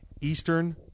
Eastern